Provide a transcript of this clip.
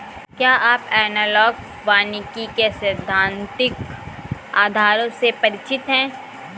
क्या आप एनालॉग वानिकी के सैद्धांतिक आधारों से परिचित हैं?